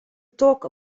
talk